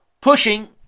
pushing